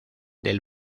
del